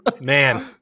Man